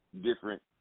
different